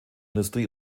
industrie